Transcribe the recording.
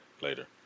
later